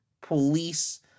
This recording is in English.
police